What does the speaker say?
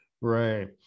Right